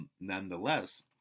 Nonetheless